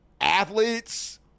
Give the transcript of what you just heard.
athletes